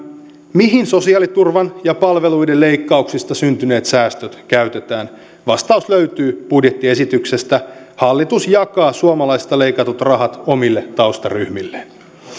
mihin sosiaaliturvan ja palveluiden leikkauksista syntyneet säästöt käytetään vastaus löytyy budjettiesityksestä hallitus jakaa suomalaisilta leikatut rahat omille taustaryhmilleen